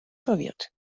verwirrt